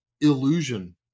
illusion